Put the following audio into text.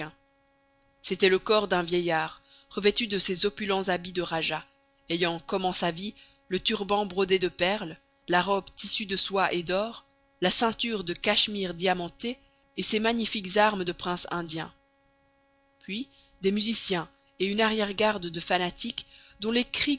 c'était le corps d'un vieillard revêtu de ses opulents habits de rajah ayant comme en sa vie le turban brodé de perles la robe tissue de soie et d'or la ceinture de cachemire diamanté et ses magnifiques armes de prince indien puis des musiciens et une arrière-garde de fanatiques dont les cris